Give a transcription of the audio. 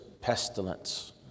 pestilence